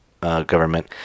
government